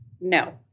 No